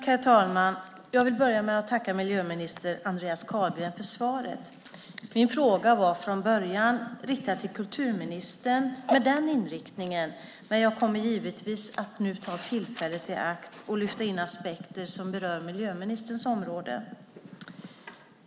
Herr talman! Jag vill börja med att tacka miljöminister Andreas Carlgren för svaret. Min fråga var från början riktad till kulturministern, med en sådan inriktning, men jag kommer givetvis att ta tillfället i akt att nu lyfta in aspekter som berör miljöministerns område.